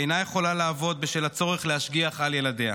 והיא אינה יכולה לעבוד בשל הצורך להשגיח על ילדיה.